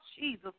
Jesus